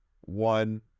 one